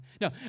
No